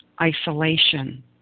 isolation